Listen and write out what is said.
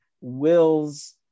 Will's